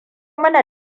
mana